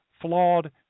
flawed